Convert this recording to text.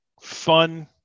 fun